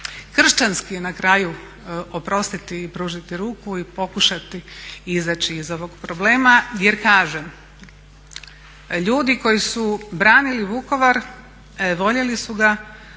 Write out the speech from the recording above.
kršćanski je na kraju oprostiti i pružiti ruku i pokušati izaći iz ovog problema. Jer kažem, ljudi koji su branili Vukovar voljeli su ga, a onda